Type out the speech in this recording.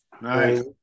Nice